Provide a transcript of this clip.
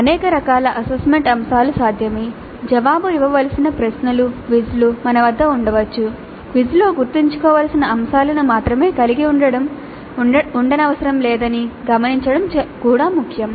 అనేక రకాల అసెస్మెంట్ అంశాలు సాధ్యమే జవాబు ఇవ్వవలసిన ప్రశ్నలు క్విజ్లు మన వద్ద ఉండవచ్చు క్విజ్లో గుర్తుంచుకోవలసిన అంశాలను మాత్రమే కలిగి ఉండనవసరం లేదని గమనించడం కూడా ముఖ్యం